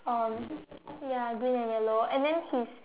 um ya green and yellow and then he's